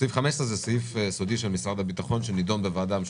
סעיף 15 זה סעיף סודי של משרד הביטחון שנדון בוועדה המשותפת.